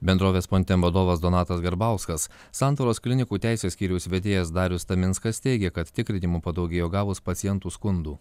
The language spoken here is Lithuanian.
bendrovės pontem vadovas donatas garbauskas santaros klinikų teisės skyriaus vedėjas darius taminskas teigė kad tikrinimų padaugėjo gavus pacientų skundų